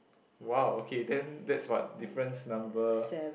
!wow! okay then that's what difference number